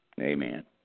Amen